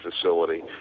facility